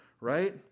right